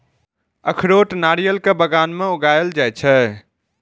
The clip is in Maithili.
अखरोट नारियल के बगान मे उगाएल जाइ छै